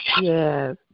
Yes